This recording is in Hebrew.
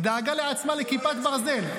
היא דאגה לעצמה לכיפת ברזל,